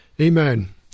Amen